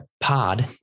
pod